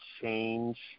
change